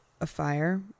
afire